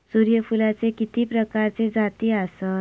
सूर्यफूलाचे किती प्रकारचे जाती आसत?